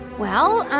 well,